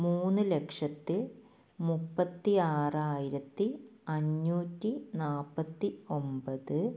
മൂന്ന് ലക്ഷത്തി മുപ്പത്തി ആറായിരത്തി അഞ്ഞൂറ്റി നാല്പത്തി ഒമ്പത്